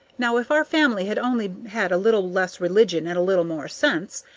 now, if our family had only had a little less religion and a little more sense,